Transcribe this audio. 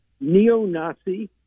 neo-Nazi